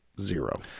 zero